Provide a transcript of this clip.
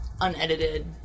unedited